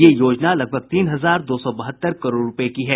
यह योजना लगभग तीन हजार दो सौ बहत्तर करोड़ रूपये की है